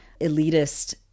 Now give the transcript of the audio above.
elitist